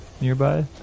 nearby